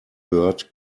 bird